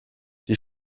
die